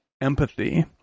empathy